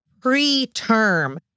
pre-term